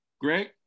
Greg